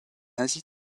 asie